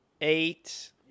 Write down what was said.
Eight